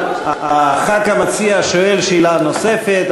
חבר הכנסת המציע שואל שאלה נוספת,